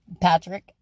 Patrick